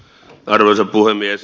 arvoisa puhemies